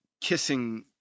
kissing